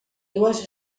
dues